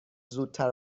زودتر